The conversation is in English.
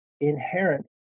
inherent